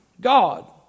God